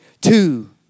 Two